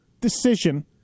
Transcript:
decision